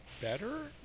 better